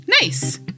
Nice